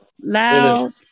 loud